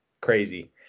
crazy